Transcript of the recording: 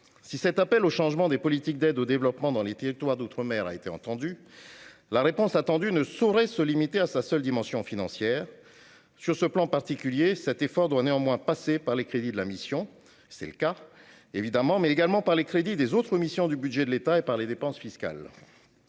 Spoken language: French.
Si cet appel au changement des politiques d'aide au développement dans les territoires d'outre-mer a donc été entendu, la réponse attendue ne saurait se limiter à sa seule dimension financière. Sur ce plan particulier, néanmoins, l'effort doit certes passer par les crédits de la mission- c'est le cas -, mais également par les crédits des autres missions du budget de l'État et par les dépenses fiscales.